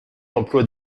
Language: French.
l’emploi